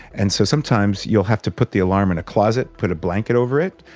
and so sometimes you will have to put the alarm in a closet, put a blanket over it,